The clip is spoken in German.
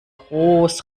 groß